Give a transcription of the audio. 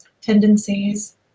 tendencies